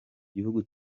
gihugu